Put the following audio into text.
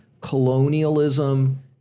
colonialism